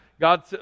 god